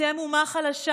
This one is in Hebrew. אתם אומה חלשה.